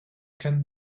can